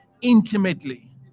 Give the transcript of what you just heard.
intimately